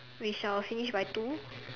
we shall finish by two